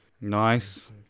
Nice